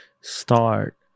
start